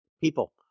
People